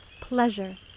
pleasure